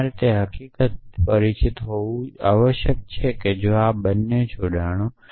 તમારે તે હકીકતથી પરિચિત જોવું આવશ્યક છે કે આ બંને જોડાણો નથી